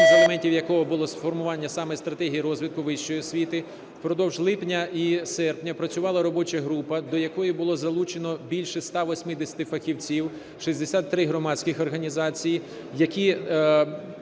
одним з елементів якого було формування саме стратегії розвитку вищої освіти, впродовж липня і серпня працювала робоча група, до якої було залучено більше 180 фахівців, 63 громадських організації, які